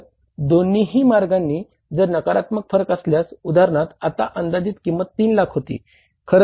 तर दोन्ही मार्गांनी जर नकारात्मक फरक असल्यास उदाहरणार्थ आता अंदाजित किंमत 3 लाख होती